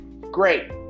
Great